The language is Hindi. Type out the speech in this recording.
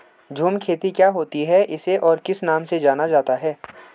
झूम खेती क्या होती है इसे और किस नाम से जाना जाता है?